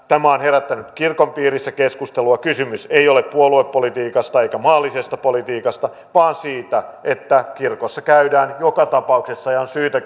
tämä on herättänyt kirkon piirissä keskustelua kysymys ei ole puoluepolitiikasta eikä maallisesta politiikasta vaan siitä että kirkossa käydään joka tapauksessa ja on syytä